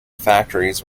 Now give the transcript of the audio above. factories